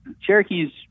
Cherokees